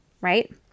right